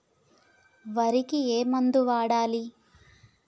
వరికి ఏ మందు వాడాలి?